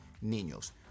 niños